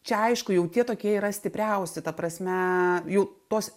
čia aišku jau tie tokie yra stipriausi ta prasme jau tos